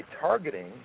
targeting